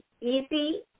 easy